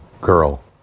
girl